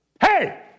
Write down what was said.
Hey